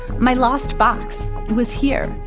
my lost box was here,